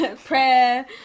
prayer